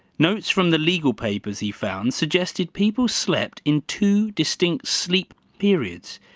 notes from the legal papers he found suggested people slept in two distinct sleep periods,